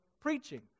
preaching